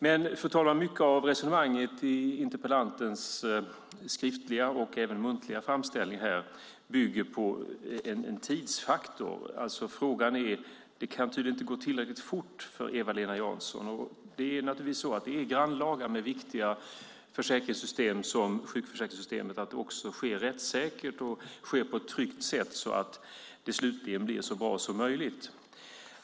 Fru talman! Mycket av resonemanget i interpellantens skriftliga och även muntliga framställning bygger dock på en tidsfaktor. Det kan tydligen inte gå tillräckligt fort för Eva-Lena Jansson. Det är naturligtvis så att det är grannlaga med viktiga försäkringssystem som sjukförsäkringssystemet att det också sker rättssäkert och på ett tryggt sätt så att det slutligen blir så bra som möjligt.